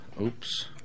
Oops